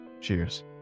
Cheers